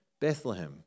Bethlehem